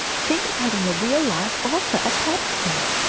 think of having a real live author at patty's place,